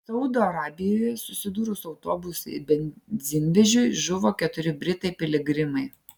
saudo arabijoje susidūrus autobusui ir benzinvežiui žuvo keturi britai piligrimai